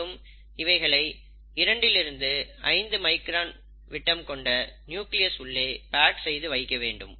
மேலும் இவைகளை இரண்டிலிருந்து 5 மைக்ரான் விட்டம் கொண்ட நியூக்ளியஸ் உள்ளே பேக் செய்து வைக்க வேண்டும்